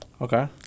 Okay